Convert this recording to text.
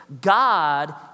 God